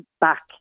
back